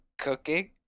Cooking